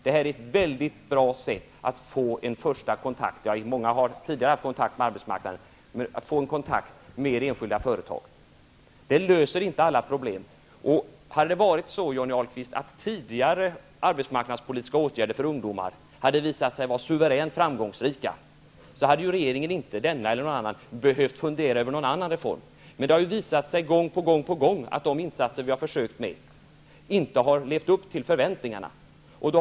Visserligen löser det inte alla problem, men detta är ett väldigt bra sätt att få en första kontakt med arbetsmarknaden eller med ett enskilt företag. Om tidigare arbetsmarknadspolitiska åtgärder för ungdomar, Johnny Ahlqvist, hade visat sig vara suveränt framgångsrika, hade varken denna eller någon annan regering behövt fundera över någon reform. Det har visat sig gång på gång att de insatser vi har försökt åstadkomma någonting med inte har levt upp till förväntningarna.